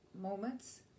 moments